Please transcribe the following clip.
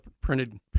printed